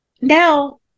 now